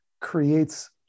creates